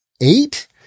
eight